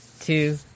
two